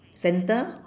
center